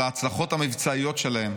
על ההצלחות המבצעיות שלהם,